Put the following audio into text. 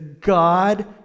God